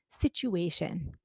situation